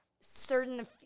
certain